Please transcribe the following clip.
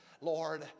Lord